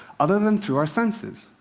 other than through our senses.